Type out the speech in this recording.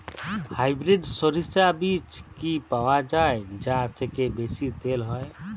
Hybrid শরিষা বীজ কি পাওয়া য়ায় যা থেকে বেশি তেল হয়?